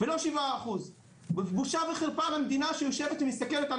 ולא 7%. בושה וחרפה למדינה שיושבת ומסתכלת על